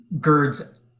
girds